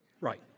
right